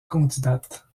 candidate